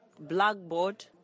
blackboard